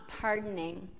pardoning